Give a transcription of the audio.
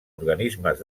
organismes